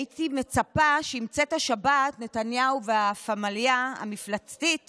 הייתי מצפה שנתניהו והפמליה המפלצתית